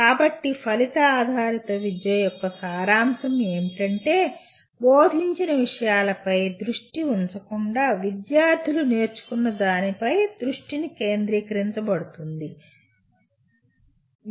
కాబట్టి ఫలిత ఆధారిత విద్య యొక్క సారాంశం ఏమిటంటే బోధించిన విషయాల పై దృష్టి ఉంచకుండా విద్యార్థులు నేర్చుకున్నదాని పై దృష్టి కేంద్రీకరించబడుతుంది